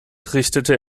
richtete